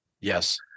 yes